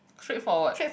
straightforward